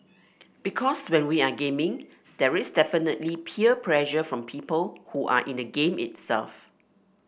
because when we are gaming there is definitely peer pressure from people who are in the game itself